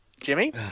Jimmy